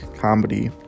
comedy